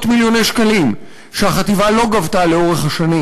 מיליוני שקלים שהחטיבה לא גבתה לאורך השנים.